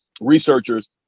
researchers